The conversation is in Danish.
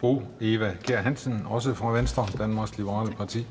fru Eva Kjer Hansen, også fra Venstre, Danmarks Liberale Parti.